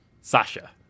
Sasha